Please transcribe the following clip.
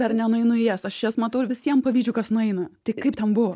dar nenueinu į jas aš jas matau visiem pavydžiu kas nueina tai kaip ten buvo